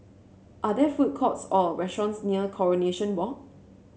are there food courts or restaurants near Coronation Walk